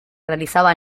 realizaba